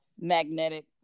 magnetic